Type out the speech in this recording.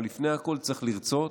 אבל לפני הכול צריך לרצות,